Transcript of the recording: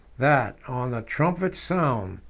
that, on the trumpet's sound,